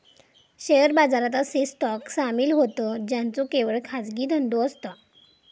share बाजारात असे stock सामील होतं ज्यांचो केवळ खाजगी धंदो असता